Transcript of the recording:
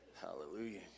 Hallelujah